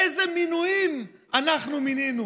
אילו מינויים אנחנו מינינו?